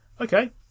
Okay